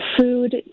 food